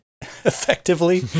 effectively